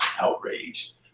outraged